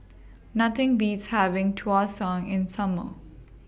Nothing Beats having Tau Suan in Summer